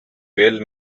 bell